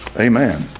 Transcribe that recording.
amen